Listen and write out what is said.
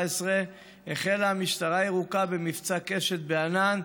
החלה המשטרה הירוקה במבצע קשת בענן,